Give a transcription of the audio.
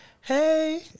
Hey